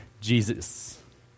Jesus